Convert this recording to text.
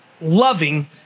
loving